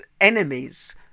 enemies